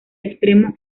extremo